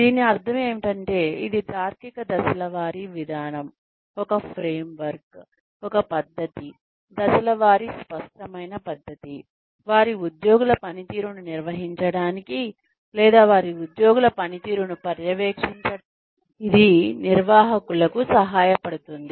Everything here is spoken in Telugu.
దీని అర్థం ఏమిటంటే ఇది తార్కిక దశల వారీ విధానం ఒక ఫ్రేమ్వర్క్ ఒక పద్ధతి దశల వారీ స్పష్టమైన పద్ధతి వారి ఉద్యోగుల పనితీరును నిర్వహించడానికి లేదా వారి ఉద్యోగుల పనితీరును పర్యవేక్షించడానికి ఇది నిర్వాహకులకు సహాయపడుతుంది